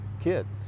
kids